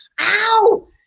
ow